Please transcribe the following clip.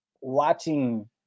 Watching